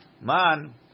Man